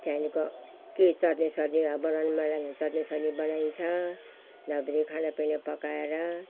त्यहाँको रातभरि खानापिना पकाएर